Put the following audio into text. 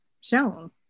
shown